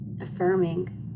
Affirming